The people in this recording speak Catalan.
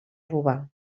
robar